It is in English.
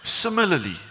Similarly